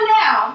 now